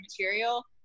material